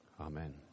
Amen